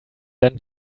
then